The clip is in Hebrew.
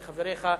מחבריך,